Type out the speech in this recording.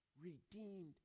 redeemed